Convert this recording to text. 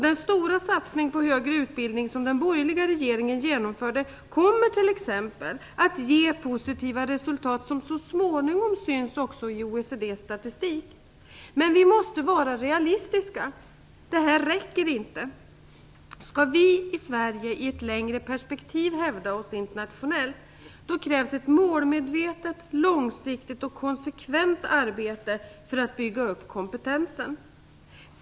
Den stora satsning på högre utbildning som den borgerliga regeringen genomförde kommer t.ex. att ge positiva resultat som så småningom syns också i Men vi måste vara realistiska. Det räcker inte. Skall vi i Sverige i ett längre perspektiv hävda oss internationellt krävs ett målmedvetet, långsiktigt och konsekvent arbete för att bygga upp kompetensen.